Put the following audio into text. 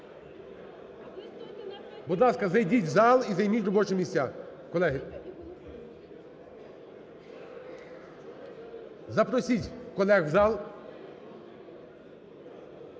Будь ласка, зайдіть в зал і займіть робочі місця, колеги. Запросіть колег в зал,